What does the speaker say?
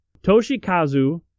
Toshikazu